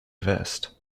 vest